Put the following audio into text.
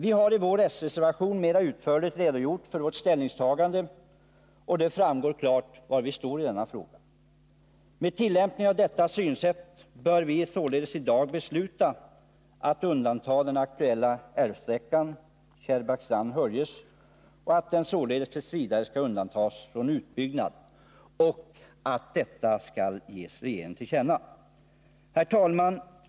Vi har i s-reservationen mera utförligt redogjort för vårt ställningstagande, och av den framgår klart var vi står i denna fråga. Med tillämpning av detta synsätt bör riksdagen i dag ge regeringen till känna att den aktuella älvsträckan Kärrbäckstrand-Höljes t. v. skall undantas från utbyggnad. Herr talman!